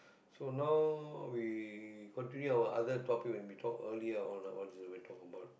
so now we continue our other topic when we talk earlier on ah what is it we will talk about